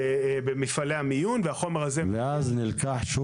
ואז החומרים נלקחים